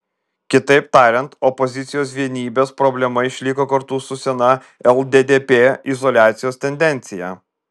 kitaip tariant opozicijos vienybės problema išliko kartu su sena lddp izoliacijos tendencija